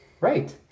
right